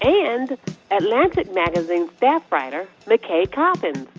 and atlantic magazine staff writer mckay coppins.